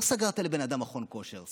לא סגרת לבן אדם מכון כושר,